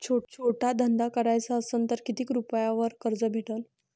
छोटा धंदा कराचा असन तर किती रुप्यावर कर्ज भेटन?